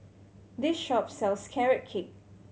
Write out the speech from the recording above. this shop sells Carrot Cake